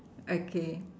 okay